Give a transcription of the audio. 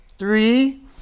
Three